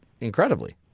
incredibly